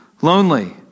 lonely